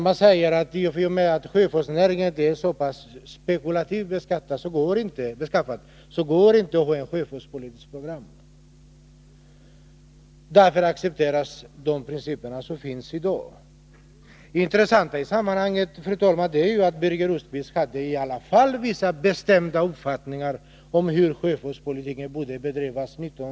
Han säger att sjöfartsnäringen är så spekulativt beskaffad att det inte går att ha ett sjöfartspolitiskt program. Därför accepteras de principer som finns i dag. Intressant i sammanhanget är ju, fru talman, att Birger Rosqvist i alla fall 1981 hade vissa bestämda uppfattningar om hur sjöfartspolitiken borde bedrivas.